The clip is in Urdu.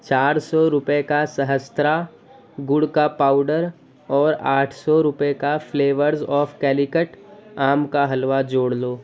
چار سو روپے کا سہسترا گڑ کا پاؤڈر اور آٹھ سو روپے کا فلیورز آف کالیکٹ آم کا حلوہ جوڑ لو